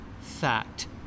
fact